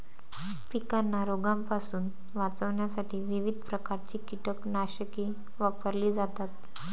पिकांना रोगांपासून वाचवण्यासाठी विविध प्रकारची कीटकनाशके वापरली जातात